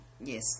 Yes